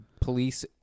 police